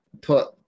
put